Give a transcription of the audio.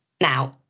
Now